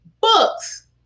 books